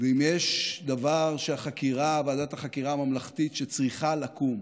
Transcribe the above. אם יש דבר שוועדת החקירה הממלכתית, שצריכה לקום,